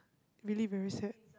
really very sad